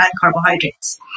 carbohydrates